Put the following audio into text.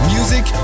Music